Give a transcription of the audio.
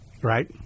Right